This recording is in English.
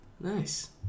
Nice